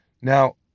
Now